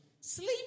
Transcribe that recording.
sleep